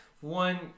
one